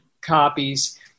copies